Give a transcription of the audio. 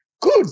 Good